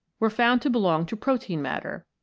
were found to belong to protein matter,